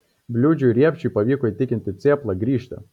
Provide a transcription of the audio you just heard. bliūdžiui ir riepšui pavyko įtikinti cėplą grįžti